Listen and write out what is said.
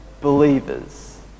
believers